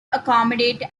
accommodate